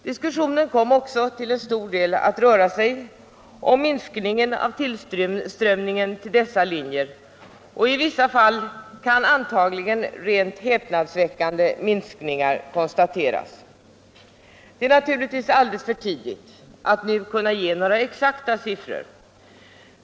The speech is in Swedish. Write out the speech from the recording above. Diskussionen kom också till stor del att röra sig om minskningen av tillströmningen till dessa linjer. I vissa fall kan antagligen häpnadsväckande minskningar konstateras. Det är självfallet alldeles för tidigt att nu ge några exakta siffror.